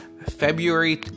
February